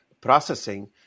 processing